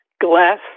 glass